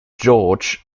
george